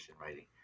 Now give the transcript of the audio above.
writing